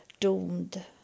...doomed